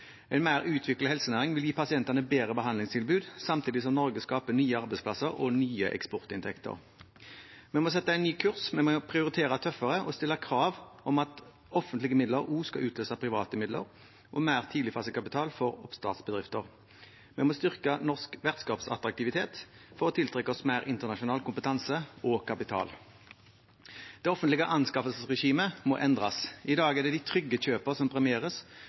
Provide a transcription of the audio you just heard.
En mer utviklet helsenæring vil gi pasientene bedre behandlingstilbud, samtidig som Norge skaper nye arbeidsplasser og nye eksportinntekter. Vi må sette en ny kurs. Vi må prioritere tøffere og stille krav om at offentlige midler også skal utløse private midler og mer tidligfasekapital for oppstartsbedrifter. Vi må styrke norsk vertskapsattraktivitet for å tiltrekke oss mer internasjonal kompetanse og kapital. Det offentlige anskaffelsesregimet må endres. I dag er det de trygge kjøpene som premieres,